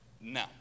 No